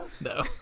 no